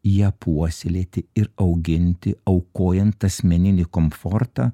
ją puoselėti ir auginti aukojant asmeninį komfortą